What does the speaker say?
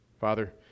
Father